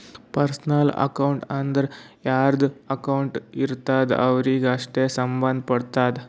personal account ಅಂದುರ್ ಯಾರ್ದು account ಇರ್ತುದ್ ಅವ್ರಿಗೆ ಅಷ್ಟೇ ಸಂಭಂದ್ ಪಡ್ತುದ